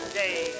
day